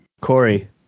Corey